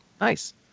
Nice